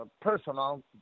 Personal